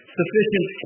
sufficient